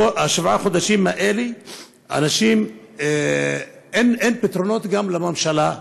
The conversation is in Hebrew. בשבעה חודשים האלה אין פתרונות גם לממשלה.